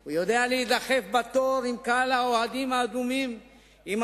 הוא יודע להידחף בתור עם קהל האוהדים האדומים יחד